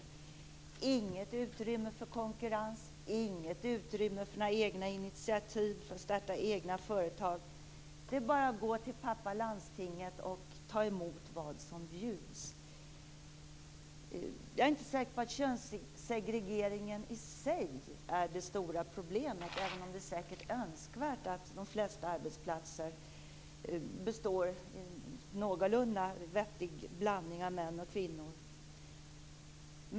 Det finns inget utrymme för konkurrens, för några egna initiativ eller för att starta egna företag. Det är bara att gå till pappa landstinget och ta emot vad som bjuds. Jag är inte säker på att könssegregeringen i sig är det stora problemet, även om det säkert är önskvärt att de flesta arbetsplatser består av en någorlunda vettig blandning av män och kvinnor.